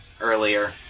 earlier